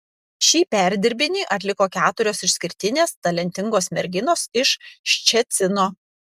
šį perdirbinį atliko keturios išskirtinės talentingos merginos iš ščecino